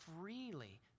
freely